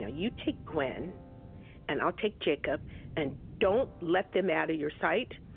ah you take gwen and i'll take jacob and don't let them out of your sight.